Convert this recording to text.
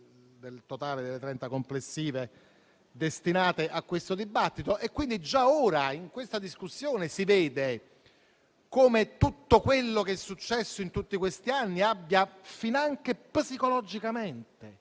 sul totale delle trenta complessive destinate a questo dibattito. Già ora, in questa discussione, si vede come tutto quello che è successo in tutti questi anni abbia, finanche psicologicamente,